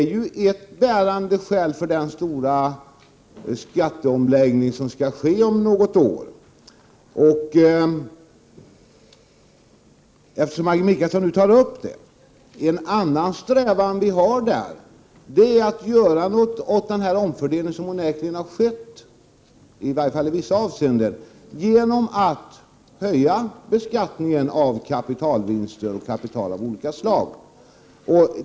Det är ett bärande skäl till den stora skatteomläggning som skall ske om något år. En annan strävan som vi har — Maggi Mikaelsson tog själv upp den frågan — är att göra något åt den omfördelning av förmögenheten som onekligen har skett, i varje fall i vissa avseenden. Jag tänker då på att skatten på kapitalvinster och kapital av olika slag kunde höjas.